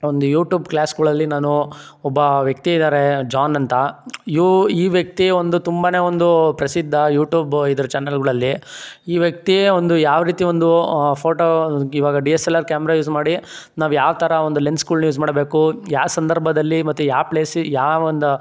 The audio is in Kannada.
ಒಂದು ಯೂಟ್ಯೂಬ್ ಕ್ಲಾಸ್ಗಳಲ್ಲಿ ನಾನು ಒಬ್ಬ ವ್ಯಕ್ತಿ ಇದ್ದಾರೆ ಜಾನ್ ಅಂತ ಇವ ಈ ವ್ಯಕ್ತಿ ಒಂದು ತುಂಬನೇ ಒಂದು ಪ್ರಸಿದ್ಧ ಯೂಟ್ಯೂಬು ಇದರ ಚಾನಲ್ಲುಗಳಲ್ಲಿ ಈ ವ್ಯಕ್ತಿ ಒಂದು ಯಾವ ರೀತಿ ಒಂದು ಫೋಟೋ ಇವಾಗ D S L R camera use ಮಾಡಿ ನಾವು ಯಾವ ಥರ ಒಂದು ಲೆನ್ಸ್ಗಳ್ನ ಯೂಸ್ ಮಾಡಬೇಕು ಯಾವ ಸಂದರ್ಭದಲ್ಲಿ ಮತ್ತು ಯಾವ ಪ್ಲೇಸಿ ಯಾವೊಂದು